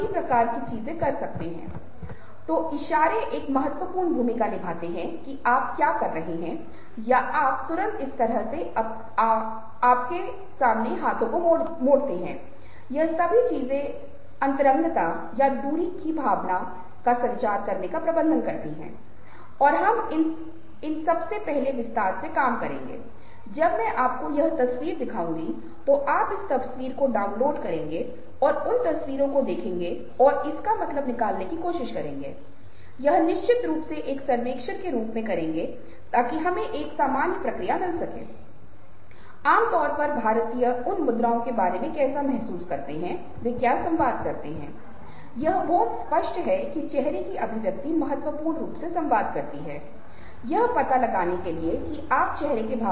तो नाक के दोनों तरफ की मांसपेशियों को थोड़ा नीचे लाया जाता है और एक साथ लाया जाता है और इस तरह आप पाते हैं कि क्रोध की अभिव्यक्ति शुरू में आँखों में दिखाई देती है और फिर जब क्रोध को अधिक स्पष्ट रूप से प्रदर्शित किया जाता है तो यह चेहरे के निचले हिस्से को छूता है चेहरे के निचले हिस्से को दूसरे शब्दों में चेहरे का ऊपरी हिस्सा भावनाओं को प्रदर्शित करना शुरू कर देता है और जब यह एक पूर्ण ज्ञात क्रोध होता है तो दांतों का असर होता है होंठों का असर दांतों से खुलता है दांतों से बाहर निकलता है